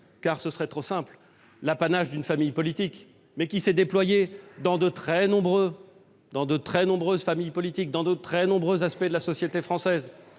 car ce serait trop simple, l'apanage d'une famille politique ; il s'est déployé dans de très nombreuses familles politiques, a imprégné de très nombreux aspects de la société française,